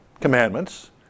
commandments